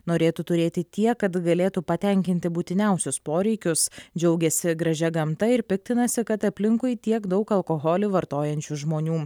norėtų turėti tiek kad galėtų patenkinti būtiniausius poreikius džiaugiasi gražia gamta ir piktinasi kad aplinkui tiek daug alkoholį vartojančių žmonių